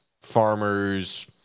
farmers